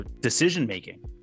decision-making